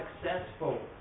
successful